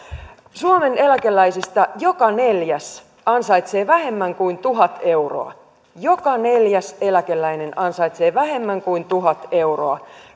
suomen eläkeläisistä joka neljäs ansaitsee vähemmän kuin tuhat euroa joka neljäs eläkeläinen ansaitsee vähemmän kuin tuhat euroa